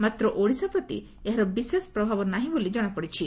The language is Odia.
ମାତ୍ର ଓଡ଼ିଶା ପ୍ରତି ଏହାର ବିଶେଷ ପ୍ରଭାବ ନାହି ବୋଲି ଜଶାଯାଇଛି